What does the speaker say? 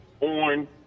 on